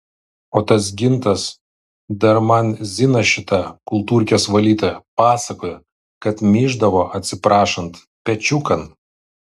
o tas gintas dar man zina šita kultūrkės valytoja pasakojo kad myždavo atsiprašant pečiukan